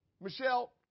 Michelle